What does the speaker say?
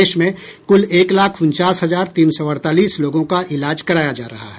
देश में कुल एक लाख उनचास हजार तीन सौ अडतालीस लोगों का इलाज कराया जा रहा है